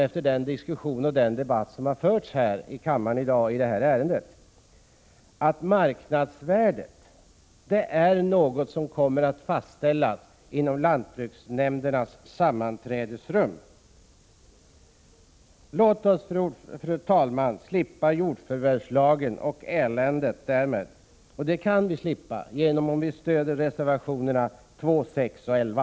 Efter den diskussion och den debatt som har förts i kammaren idagi detta ärende kan man bara konstatera, fru talman, att marknadsvärdet är något som kommer att fastställas i lantbruksnämndernas sammanträdesrum. Låt oss slippa jordförvärvslagen och det därmed sammanhängande eländet. Det kan vi slippa genom att stödja reservationerna 2, 6 och 11.